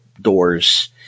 doors